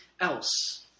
else